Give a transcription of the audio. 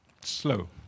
slow